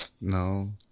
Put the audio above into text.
no